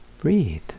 Breathe